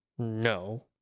No